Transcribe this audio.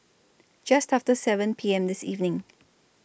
Just after seven P M This evening